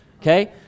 okay